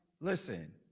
listen